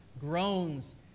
groans